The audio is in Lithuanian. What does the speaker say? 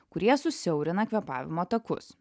kurie susiaurina kvėpavimo takus